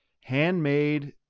handmade